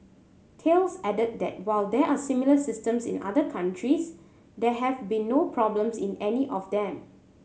Thales added that while there are similar systems in other countries there have been no problems in any of them